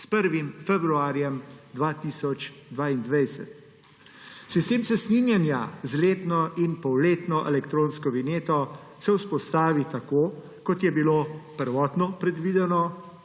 s 1. februarjem 2021. Sistem cestninjenja z letno in polletno elektronsko vinjeto se vzpostavi tako, kot je bilo prvotno predvideno,